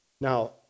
Now